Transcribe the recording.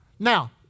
Now